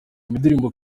indirimbo